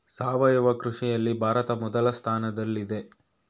ಸಾವಯವ ಕೃಷಿಯಲ್ಲಿ ಭಾರತ ಮೊದಲ ಸ್ಥಾನದಲ್ಲಿದೆ